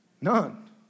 None